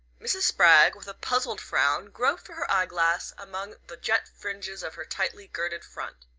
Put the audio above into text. mrs. spragg, with a puzzled frown, groped for her eye-glass among the jet fringes of her tightly-girded front.